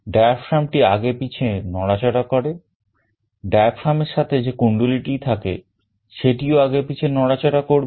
diaphragm টি আগে পিছে নড়াচড়া করে diaphragm এর সাথে যে কুণ্ডলীটি থাকে সেটিও আগে পিছে নড়াচড়া করবে